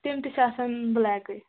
تِم تہِ چھِ آسان بٕلیکٕے